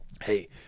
hey